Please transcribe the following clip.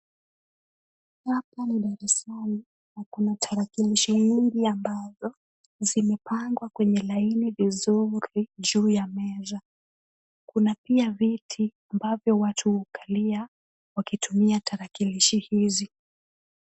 Hapa ni darasani na kuna tarakilishi nyingi ambazo zimepangwa kwenye laini vizuri juu ya meza na kuna pia viti ambavyo watu hukalia wakitumia tarakilishi hizi.